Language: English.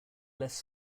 less